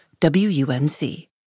WUNC